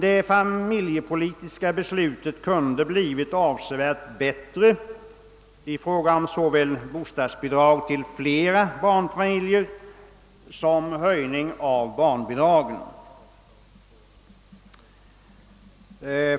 Det familjepolitiska beslutet kunde ha blivit avsevärt bättre i fråga om såväl bostadsbidrag till flera barnfamiljer som höjning av barnbidragen.